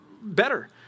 better